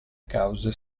cause